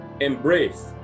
embrace